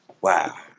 Wow